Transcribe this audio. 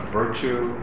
virtue